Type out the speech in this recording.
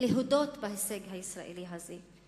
להודות בהישג הישראלי הזה,